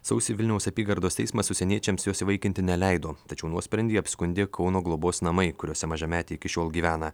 sausį vilniaus apygardos teismas užsieniečiams jos įvaikinti neleido tačiau nuosprendį apskundė kauno globos namai kuriuose mažametė iki šiol gyvena